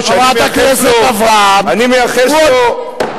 הנכדים שלנו עוד